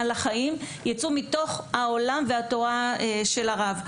לחיים ייצאו מתוך העולם והתורה של הרב.